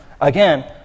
Again